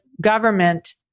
government